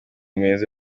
meza